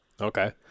Okay